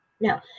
No